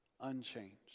unchanged